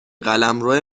قلمروه